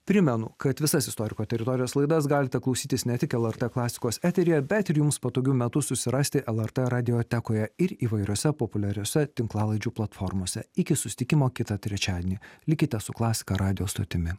primenu kad visas istoriko teritorijos laidas galite klausytis ne tik lrt klasikos eteryje bet ir jums patogiu metu susirasti lrt radiotekoje ir įvairiose populiariose tinklalaidžių platformose iki susitikimo kitą trečiadienį likite su klasika radijo stotimi